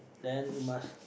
then you must